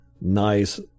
nice